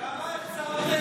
כמה החזרתם?